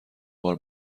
بار